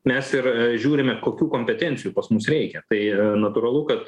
mes ir žiūrime kokių kompetencijų pas mus reikia tai natūralu kad